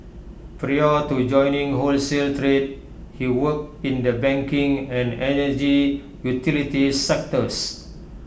prior to joining wholesale trade he worked in the banking and energy utilities sectors